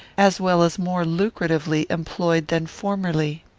as well as more lucratively, employed than formerly.